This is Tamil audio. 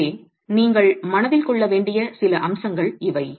எனவே நீங்கள் மனதில் கொள்ள வேண்டிய சில அம்சங்கள் இவை